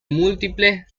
múltiples